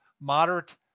moderate